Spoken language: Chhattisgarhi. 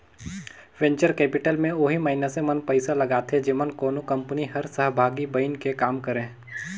वेंचर कैपिटल में ओही मइनसे मन पइसा लगाथें जेमन कोनो कंपनी कर सहभागी बइन के काम करें